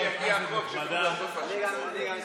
כנסת נכבדה,